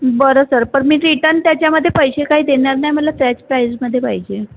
बरं सर पण मी रिटर्न त्याच्यामध्ये पैसे काही देणार नाही मला त्याच प्राइल्समध्ये पाहिजे